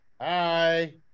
hi